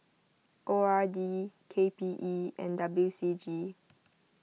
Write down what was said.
O R D K P E and W C G